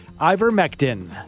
Ivermectin